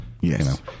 Yes